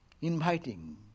inviting